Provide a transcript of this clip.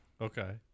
okay